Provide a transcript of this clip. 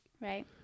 Right